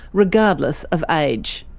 regardless of age.